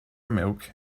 milk